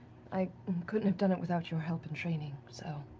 i couldn't have done it without your help and training, so